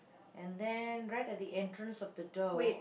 and then right at the entrance of the door